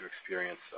experience